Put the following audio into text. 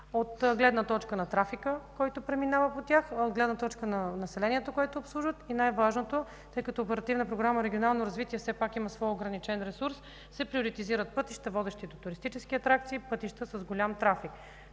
от гледна точка на трафика, който преминава по тях, от гледна точка на населението, което обслужват. И най-важното, тъй като Оперативна програма „Регионално развитие” все пак има свой ограничен ресурс, се приоритизират пътища, водещи до туристически атракции, пътища с голям трафик.